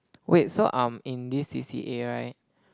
wait so um in this C_C_A right